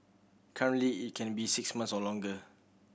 currently it can be six months or longer